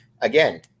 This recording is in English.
again